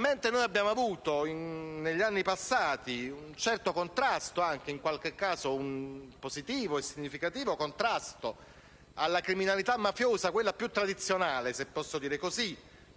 mentre abbiamo avuto, negli anni passati, un certo contrasto, in qualche caso positivo e significativo, alla criminalità mafiosa, quella più tradizionale - se posso dire così